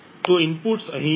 તો ઇનપુટ્સ અહીં છે